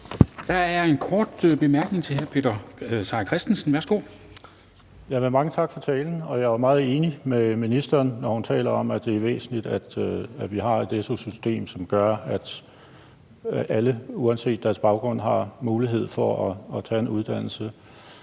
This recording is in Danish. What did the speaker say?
Christensen. Værsgo. Kl. 10:06 Peter Seier Christensen (NB): Mange tak for talen. Jeg er jo meget enig med ministeren, når hun taler om, at det er væsentligt, at vi har et su-system, som gør, at alle uanset deres baggrund har mulighed for at tage en uddannelse.